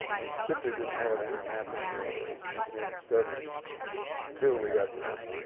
we simply didn't have any mapping or engineering studies until we got the money.